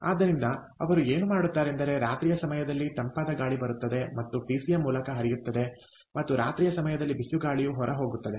ಆದ್ದರಿಂದ ಅವರು ಏನು ಮಾಡುತ್ತಾರೆಂದರೆ ರಾತ್ರಿಯ ಸಮಯದಲ್ಲಿ ತಂಪಾದ ಗಾಳಿ ಬರುತ್ತದೆ ಮತ್ತು ಪಿಸಿಎಂ ಮೂಲಕ ಹರಿಯುತ್ತದೆ ಮತ್ತು ರಾತ್ರಿಯ ಸಮಯದಲ್ಲಿ ಬಿಸಿ ಗಾಳಿಯು ಹೊರಹೋಗುತ್ತದೆ